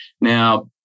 now